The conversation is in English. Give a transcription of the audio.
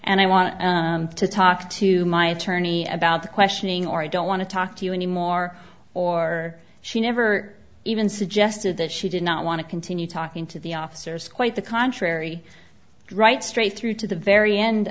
and i want to talk to my attorney about the questioning or i don't want to talk to you anymore or she never even suggested that she did not want to continue talking to the officers quite the contrary right straight through to the very end